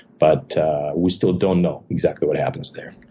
but we still don't know exactly what happens there.